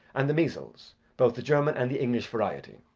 and the measles both the german and the english variety.